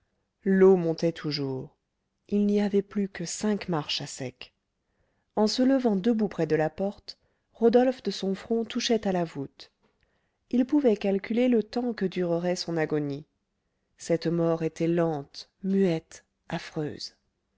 l'eau montait toujours il n'y avait plus que cinq marches à sec en se levant debout près de la porte rodolphe de son front touchait à la voûte il pouvait calculer le temps que durerait son agonie cette mort était lente muette affreuse